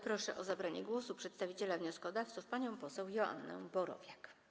Proszę o zabranie głosu przedstawiciela wnioskodawców panią poseł Joannę Borowiak.